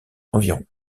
environ